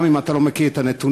גם אם אתה לא מכיר את הנתונים,